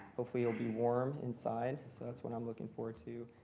hopefully it will be warm inside. so that's what i'm looking forward to.